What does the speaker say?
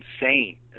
insane